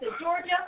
Georgia